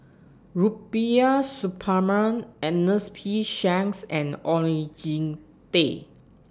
Rubiah Suparman Ernest P Shanks and Oon Jin Teik